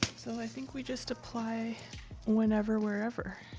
so, i think we just apply whenever wherever.